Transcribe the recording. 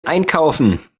einkaufen